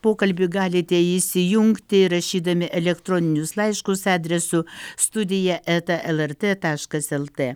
pokalbį galite įsijungti rašydami elektroninius laiškus adresu studija eta lrt taškas lt